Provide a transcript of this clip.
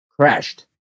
crashed